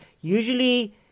usually